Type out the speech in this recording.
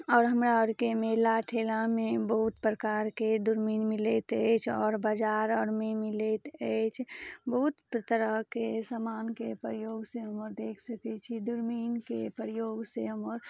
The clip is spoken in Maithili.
आओर हमरा आरके मेला ठेलामे बहुत प्रकारके दुरबीन मिलैत अछि आओर बाजार आरमे मिलैत अछि बहुत तरहके समानके प्रयोग से हम देख सकै छी दुरमीनके प्रयोग से हम